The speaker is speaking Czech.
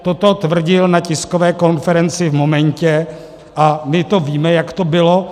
Toto tvrdil na tiskové konferenci v momentě, a my to víme, jak to bylo.